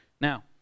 Now